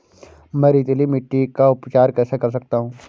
मैं रेतीली मिट्टी का उपचार कैसे कर सकता हूँ?